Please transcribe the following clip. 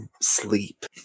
sleep